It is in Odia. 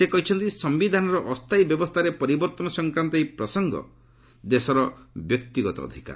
ସେ କହିଛନ୍ତି ସମ୍ଭିଧାନର ଅସ୍ଥାୟୀ ବ୍ୟବସ୍ଥାରେ ପରିବର୍ତ୍ତନ ସଂକ୍ରାନ୍ତ ଏହି ପ୍ରସଙ୍ଗ ଦେଶର ବ୍ୟକ୍ତିଗତ ଅଧିକାର